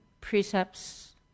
precepts